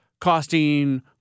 Costing